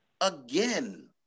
again